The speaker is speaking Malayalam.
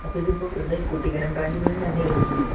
അപ്പോൾ ഇതിപ്പോൾ ഇവിടുത്തെ കുട്ടിക്കാനം ബ്രാഞ്ചിൽ നിന്നല്ലേ വിളിക്കുന്നത്